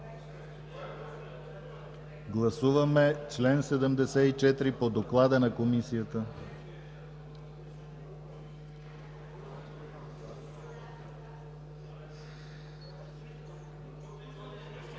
Гласуваме чл. 62 по доклада на Комисията.